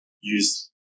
use